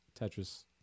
Tetris